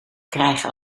krijgen